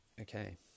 Okay